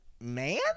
man